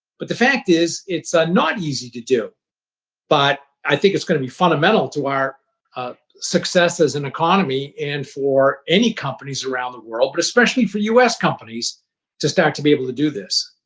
but the fact is, it's not easy to do but i think it's going to be fundamental to our ah success as an economy and for any companies around the world, but especially for u s. companies to start to be able to do this.